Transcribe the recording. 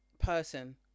Person